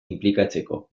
inplikatzeko